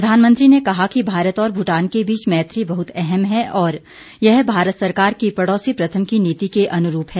प्रधानमंत्री ने कहा कि भारत और भूटान के बीच मैत्री बहुत अहम है और यह भारत सरकार की पड़ौसी प्रथम की नीति के अनुरूप है